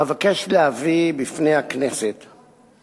אבקש להביא בפני הכנסת את